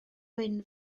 wyn